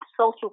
social